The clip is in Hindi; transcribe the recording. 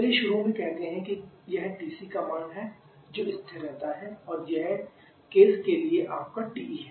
चलिए शुरू में कहते हैं कि यह TC का मान है जो स्थिर रहता है यह केस के लिए आपका TE है